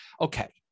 okay